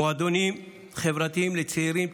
מועדונים חברתיים לצעירים,